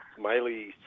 miley